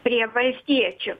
prie valstiečių